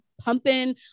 pumping